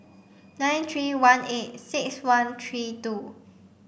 nine three one eight six one three two